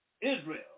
Israel